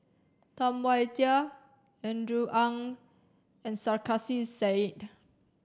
Tam Wai Jia Andrew Ang and Sarkasi Said